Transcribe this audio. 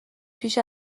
پیش